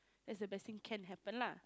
as the best thing can happen lah